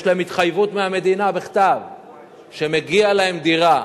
ויש להם התחייבות מהמדינה בכתב שמגיעה להם דירה.